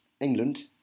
England